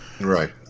Right